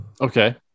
Okay